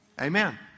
Amen